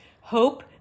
hope